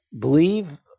believe